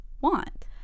want